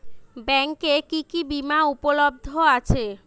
ব্যাংকে কি কি বিমা উপলব্ধ আছে?